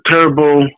turbo